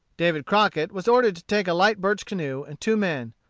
david crockett was ordered to take a light birch canoe, and two men,